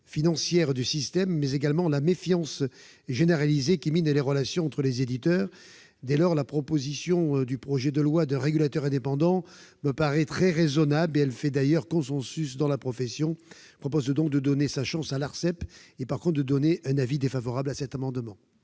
financière du système, mais également la méfiance généralisée qui mine les relations entre les éditeurs. Dès lors, la proposition d'instaurer un régulateur indépendant me paraît très raisonnable. Elle fait d'ailleurs consensus dans la profession. Je propose donc de donner sa chance à l'Arcep, et j'émets un avis défavorable sur cet amendement.